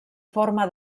forma